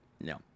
no